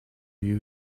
you